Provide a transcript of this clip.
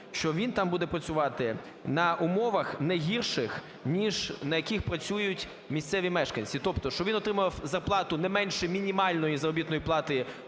що він там буде працювати на умовах не гірших, ніж на яких працюють місцеві мешканці. Тобто, щоб він отримав зарплату не менше мінімальної заробітної плати